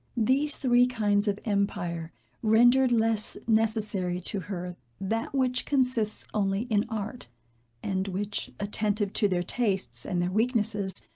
these three kinds of empire rendered less necessary to her that which consists only in art and which, attentive to their tastes and their weaknesses,